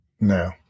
No